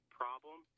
problem